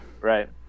right